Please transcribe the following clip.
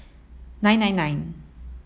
nine nine nine